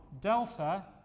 delta